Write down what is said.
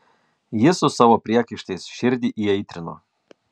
ji su savo priekaištais širdį įaitrino